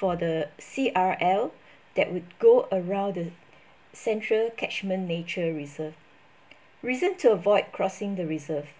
for the C_R_L that would go around the central catchment nature reserve reason to avoid crossing the reserve